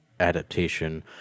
adaptation